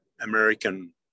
American